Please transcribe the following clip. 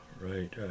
right